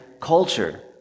culture